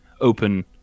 open